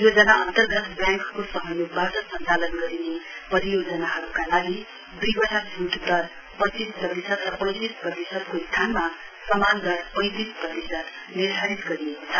योजना अन्तर्गत व्याङ्कको सहयोगबाट सञ्चालन गरिने परियोजनाहरूका लागि द्इबटा छूटदर पच्चीस प्रतिशत र पैतिस प्रतिशतको स्थानमा समान दर पैतिस प्रतिशत निर्धारित गरिएको छ